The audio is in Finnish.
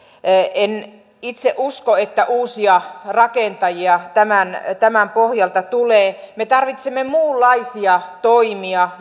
en itse usko että uusia rakentajia tämän tämän pohjalta tulee me tarvitsemme muunlaisia toimia